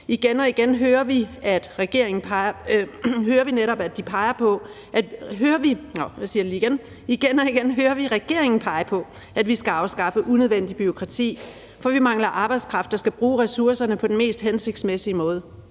Igen og igen hører vi regeringen pege på, at vi skal afskaffe unødvendigt bureaukrati, for vi mangler arbejdskraft og skal bruge ressourcerne på den mest hensigtsmæssige måde.